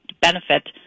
benefit